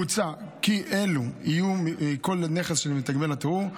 מוצע כי אלו יהיו מכל נכס של מתגמל הטרור,